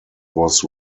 was